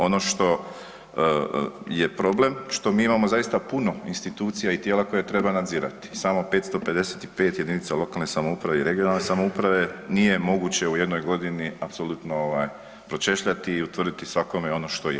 Ono što je problem, što mi imamo zaista puno institucija i tijela koje treba nadzirati, samo 555 jedinica lokalne samouprave i regionalne samouprave, nije moguće u jednoj godini apsolutno pročešljati i utvrditi svakome ono što je.